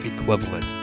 equivalent